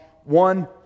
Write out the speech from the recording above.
one